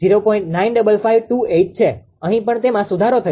95528 છે અહીં પણ તેમાં સુધારો થયો છે